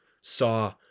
saw